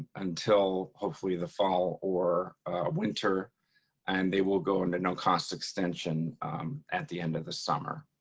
until hopefully the fall or winter and they will go into no cost extension at the end of the summer.